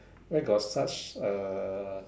where got such uh